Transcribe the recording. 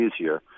easier